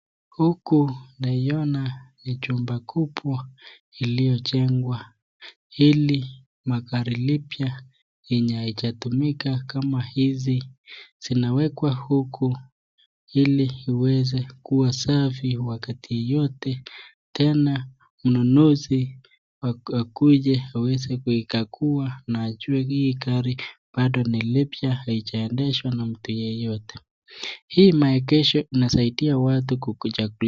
Huku unaiona ni chumba kubwa iliyojengwa. Hili magari limpya yenye haijatumika kama hizi zinawekwa huku ili ziweze kua safi wakati yeyote tena mnunuzi akuje aweze kuikagua na ajue hili gari bado NI lipya haijaendeshwa na mtu yeyote. Hii maegesho Unasaidia watu kuchagua.